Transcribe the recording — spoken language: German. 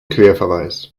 querverweis